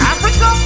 Africa